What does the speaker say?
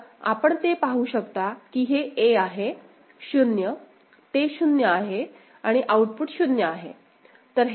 तर आपण ते पाहू शकता की हे a आहे 0 ते 0 आहे आणि आउटपुट 0 आहे